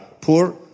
poor